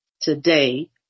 today